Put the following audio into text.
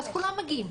אז כולם מגיעים.